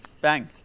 Bang